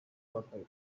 rotate